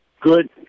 good